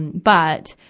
and but,